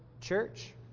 church